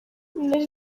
nari